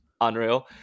unreal